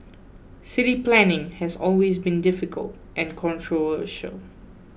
city planning has always been difficult and controversial